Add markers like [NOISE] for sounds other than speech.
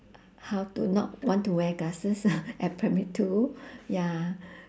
how to not want to wear glasses [LAUGHS] at primary two ya